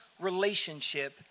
relationship